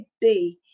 day